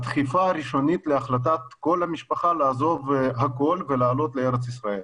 הדחיפה הראשונית להחלטת כל המשפחה לעזוב הכול ולעלות לארץ ישראל.